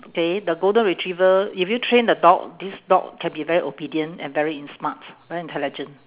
okay the golden retriever if you train the dog this dog can be very obedient and very in~ smart very intelligent